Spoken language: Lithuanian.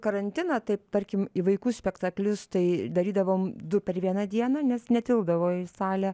karantiną taip tarkim į vaikų spektaklius tai darydavom du per vieną dieną nes netilpdavo į salę